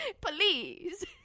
Please